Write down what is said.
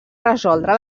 resoldre